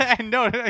No